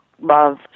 love